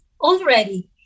already